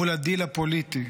מול הדיל הפוליטי,